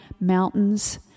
mountains